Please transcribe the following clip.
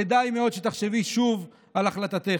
כדאי מאוד שתחשבי שוב על החלטתך.